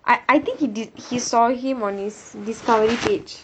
I I think he ~ he saw him on his discovery page